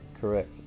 correct